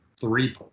three